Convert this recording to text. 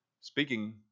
speaking